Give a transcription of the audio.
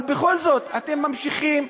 אבל בכל זאת אתם ממשיכים,